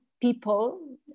people